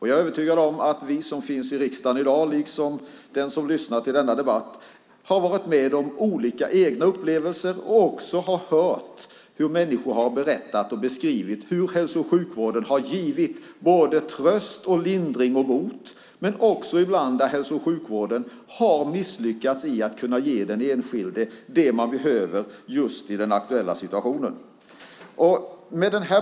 Jag är övertygad om att vi i riksdagen liksom de som lyssnar på denna debatt har egna upplevelser och också har hört människor berätta om hur hälso och sjukvården har givit tröst, lindring och bot men också ibland har misslyckats med att ge den enskilde det som behövdes i den aktuella situationen.